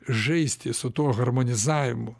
žaisti su tuo harmonizavimu